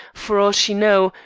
for all she knew,